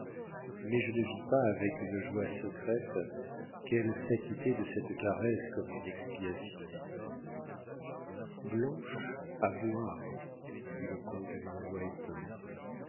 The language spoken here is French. mais je ne vis pas avec une joie secrète qu'elle s'acquittait de cette caresse comme d'une expiation blanche à boire dit le comte d'une voix éteinte